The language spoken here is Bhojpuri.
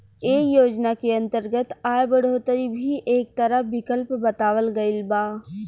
ऐ योजना के अंतर्गत आय बढ़ोतरी भी एक तरह विकल्प बतावल गईल बा